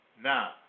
Now